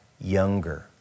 younger